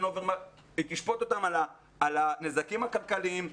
היא תשפוט אותם על הנזקים הכלכליים,